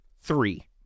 three